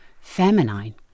feminine